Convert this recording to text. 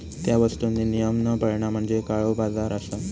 त्या वस्तुंनी नियम न पाळणा म्हणजे काळोबाजार असा